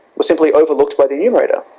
were simply overlooked by the enumerator.